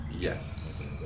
Yes